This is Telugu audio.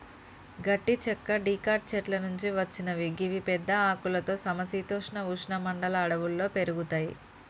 గట్టి చెక్క డికాట్ చెట్ల నుంచి వచ్చినవి గివి పెద్ద ఆకులతో సమ శీతోష్ణ ఉష్ణ మండల అడవుల్లో పెరుగుతయి